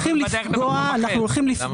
לא.